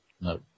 No